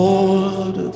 Lord